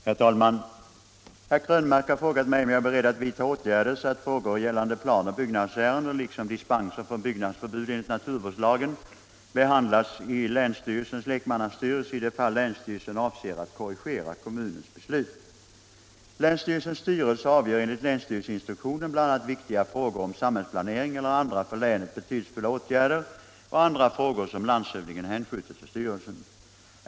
Herr talman! Herr Krönmark har frågat mig om jag är beredd att vidta åtgärder så att frågor gällande planoch byggnadsärenden liksom dispenser från byggnadsförbud enligt naturvårdslagen behandlas i länsstyrel ses lekmannastyrelse i de fall länsstyrelsen avser att korrigera kommunens beslut. Länsstyrelsens styrelse avgör enligt länsstyrelseinstruktionen bl.a. viktigare frågor om samhällsplanering eller andra för länet betydelsefulla åtgärder och andra frågor som landshövdingen hänskjuter till styrelsen.